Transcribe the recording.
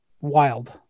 Wild